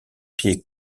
pieds